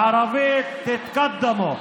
בערבית תתקדמו.